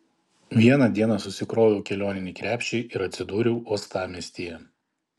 vieną dieną susikroviau kelioninį krepšį ir atsidūriau uostamiestyje